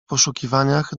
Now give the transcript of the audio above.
poszukiwaniach